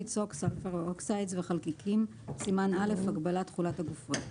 (SOx - Sulphur Oxides) וחלקיקים הגבלת תכולת הגופרית